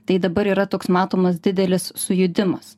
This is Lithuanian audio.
tai dabar yra toks matomas didelis sujudimas